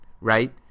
right